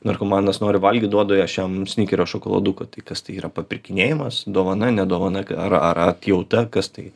narkomanas nori valgyt duodu aš jam snikerio šokoladuką tai kas tai yra papirkinėjimas dovana ne dovana ar ar atjauta kas tai